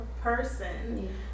person